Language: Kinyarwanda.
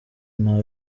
nta